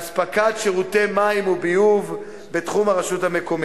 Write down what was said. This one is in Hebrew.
אספקת שירותי מים וביוב בתחום הרשות המקומית.